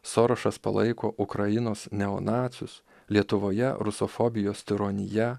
sorošas palaiko ukrainos neonacius lietuvoje rusofobijos tironija